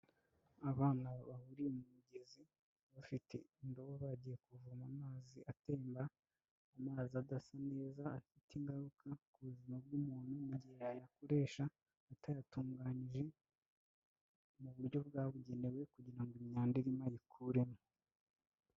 Abana bahuriye mu migezi bafite indobo bagiye kuvoma amazi atemba. Amazi adasa neza afite ingaruka ku buzima bw'umuntu gihe yayakoresha utayatunganyije mu buryo bwabugenewe kugira ngo imyanda imayikuremo.